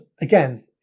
again